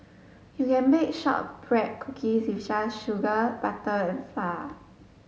you can bake shortbread cookies just sugar butter and far